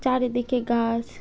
চারিদিকে গাছ